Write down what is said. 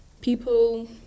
people